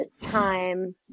time